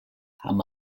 amb